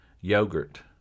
yogurt